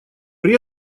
при